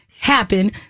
happen